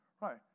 right